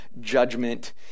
judgment